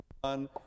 one